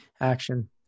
action